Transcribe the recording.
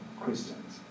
Christians